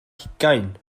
hugain